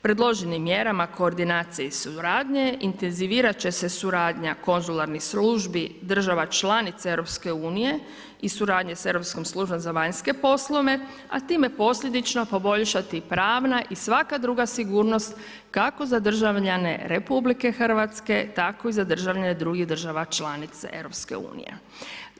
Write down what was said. Predloženim mjere koordinacije i suradnje intenzivirat će se suradnja konzularnih službi država članica EU-a i suradnje sa Europskom službom za vanjske poslove a time posljedično poboljšati pravna i svaka druga sigurnost kako za državljane RH tako i za državljane drugih država članica EU-a.